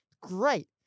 great